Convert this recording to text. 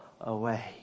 away